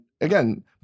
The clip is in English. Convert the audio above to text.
again